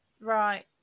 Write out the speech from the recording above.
Right